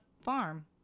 farm